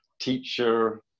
teacher